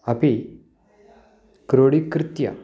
अपि क्रुडिकृत्य